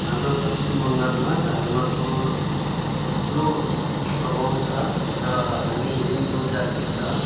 हाम्रो पश्चिम बङ्गालमा धर्मको ठुलो प्रभाव छ र हामी हिन्दू जाति त